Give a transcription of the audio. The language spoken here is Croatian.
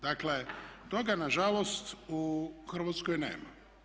Dakle toga nažalost u Hrvatskoj nema.